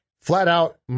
flat-out